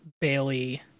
Bailey